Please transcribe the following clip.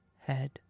head